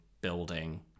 building